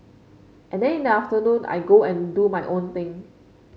and then in the afternoon I go and do my own thing